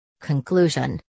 Conclusion